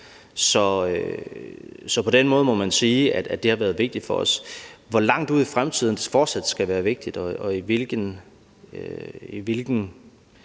Så på den måde må man sige, at det har været vigtigt for os. Hvor langt ud i fremtiden det fortsat skal være vigtigt og i hvilken